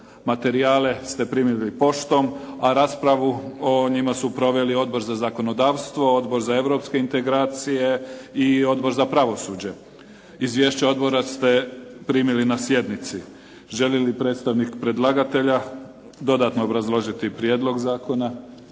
Materijale ste primili poštom. A raspravu o njima su proveli Odbor za zakonodavstvo, Odbor za europske integracije i Odbor za pravosuđe. Izvješća odbora ste primili na sjednici. Želi li predstavnik predlagatelja dodatno obrazložiti prijedlog zakona?